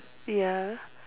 ya